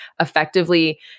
effectively